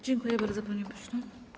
Dziękuję bardzo, panie pośle.